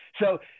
So-